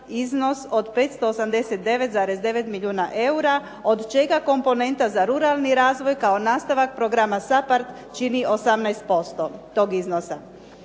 iznos od 589,9 milijuna eura od čega komponenta za ruralni razvoj kao nastavak programa SAPARD čini 18% tog iznosa.